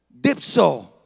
dipso